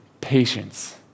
patience